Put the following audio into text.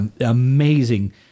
amazing